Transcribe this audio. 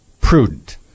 prudent